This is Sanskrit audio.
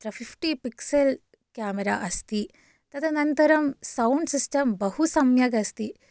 तत्र फिफ्टी पिक्सेल् क्यामरा अस्ति तदनन्तरं सौण्ड् सिस्टम् बहु सम्यगस्ति